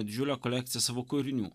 didžiulę kolekciją savo kūrinių